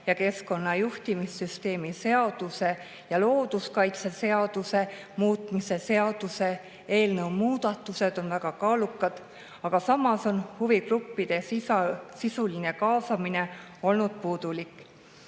ja keskkonnajuhtimissüsteemi seaduse ning looduskaitseseaduse muutmise seaduse eelnõu muudatused on väga kaalukad, aga samas on huvigruppide sisuline kaasamine olnud puudulik.